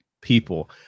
people